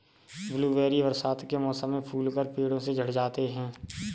blueberry बरसात के मौसम में फूलकर पेड़ों से झड़ जाते हैं